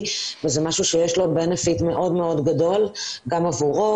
וזה משהו שיש לו בנפיט מאוד מאוד גדול גם עבורו,